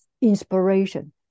inspiration